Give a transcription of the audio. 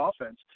offense